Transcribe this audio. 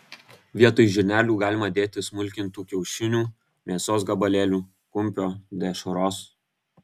vietoj žirnelių galima dėti smulkintų kiaušinių mėsos gabalėlių kumpio dešros